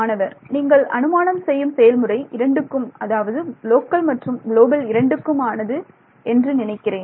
மாணவர் நீங்கள் அனுமானம் செய்யும் செயல்முறை இரண்டுக்கும் அதாவது லோக்கல் மற்றும் குளோபல் இரண்டுக்கும் ஆனது என்று நினைக்கிறேன்